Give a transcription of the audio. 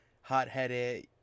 hot-headed